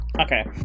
Okay